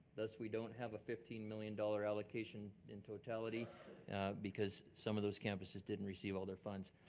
thus we don't have a fifteen million dollars allocation in totality because some of those campuses didn't receive all their funds.